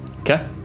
Okay